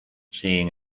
sin